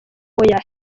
oya